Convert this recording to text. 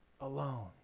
alone